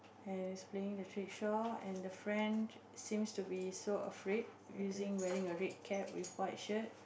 and he's playing the trishaw and the friend seems to be so afraid using wearing a red cap with white shirt